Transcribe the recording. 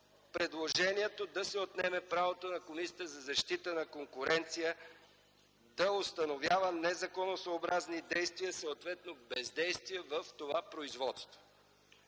предложението да се отнеме правото на Комисията за защита на конкуренцията да установява незаконосъобразни действия, съответно бездействия в това производство.